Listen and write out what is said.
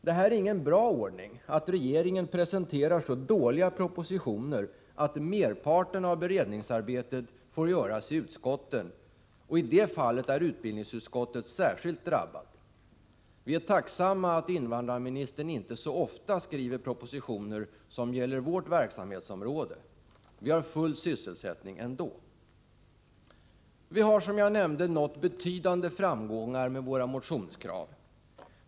Det är ingen bra ordning att regeringen presenterar så dåliga propositioner att merparten av beredningsarbetet får göras i utskotten, och i det fallet är utbildningsutskottet särskilt drabbat. Vi är tacksamma för att invandrarministern inte så ofta skriver propositioner som gäller vårt verksamhetsområde. Vi har full sysselsättning ändå. Vi har som jag nämnde nått betydande framgångar med våra motionskrav.